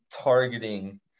targeting